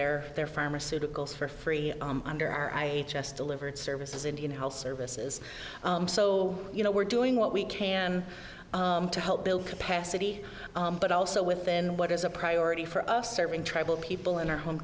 their their pharmaceuticals for free under our i just delivered services indian health services so you know we're doing what we can to help build capacity but also within what is a priority for us serving tribal people in our home